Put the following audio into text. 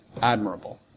admirable